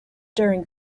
during